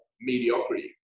mediocrity